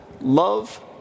love